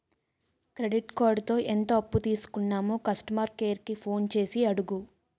credit కార్డుతో ఎంత అప్పు తీసుకున్నామో కస్టమర్ కేర్ కి ఫోన్ చేసి అడుగు